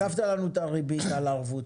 דחפת לנו את הריבית על הערבות,